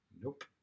Nope